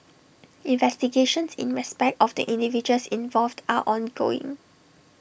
investigations in respect of the individuals involved are ongoing